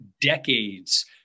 decades